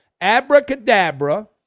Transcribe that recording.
abracadabra